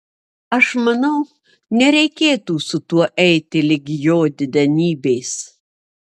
aš manau nereikėtų su tuo eiti ligi jo didenybės